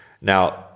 Now